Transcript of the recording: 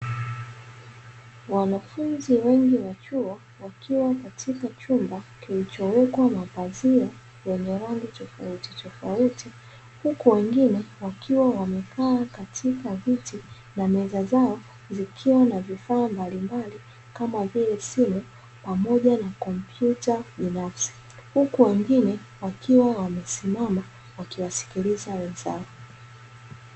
Wanafunzi wengi wa chuo wakiwa katika chumba kinachowekwa mapazia yenye rangi tofauti tofauti, huku wengine wakiwa wamekaa katika viti na meza zao zikiwa na vifaa mbalimbali kama vile simu pamoja na kompyuta binafsi huku wengine wakiwa wamesimama wakiwasikiliza wenzao.